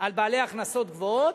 על בעלי הכנסות גבוהות,